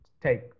take